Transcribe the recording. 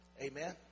Amen